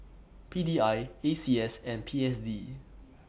P D I A C S and P S D